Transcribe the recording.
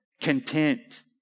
content